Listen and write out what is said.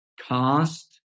cost